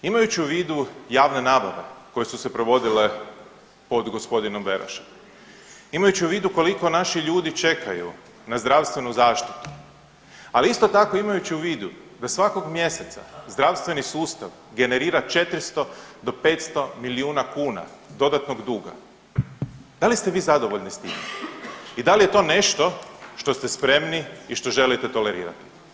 Imajući u vidu javne nabave koje su se provodile pod g. Berošom, imajući u vidu koliko naši ljudi čekaju na zdravstvenu zaštitu, ali isto tako imajući u vidu da svakog mjeseca zdravstveni sustav generira 400 do 500 milijuna kuna dodatnog duga, da li ste vi zadovoljni s time i da li je to nešto što ste spremni i što želite tolerirati?